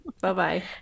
Bye-bye